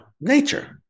nature